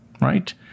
Right